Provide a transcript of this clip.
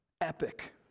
epic